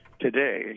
Today